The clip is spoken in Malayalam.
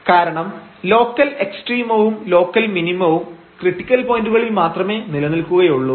കാരണം ലോക്കൽ എക്സ്ട്രീമവും ലോക്കൽ മിനിമവും ക്രിട്ടിക്കൽ പോയന്റുകളിൽ മാത്രമേ നിലനിൽക്കുകയുള്ളൂ